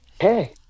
Hey